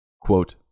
Quote